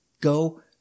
go